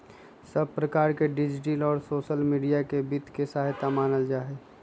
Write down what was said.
सभी प्रकार से डिजिटल और सोसल मीडिया के वित्त के सहायक मानल जाहई